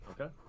Okay